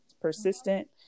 persistent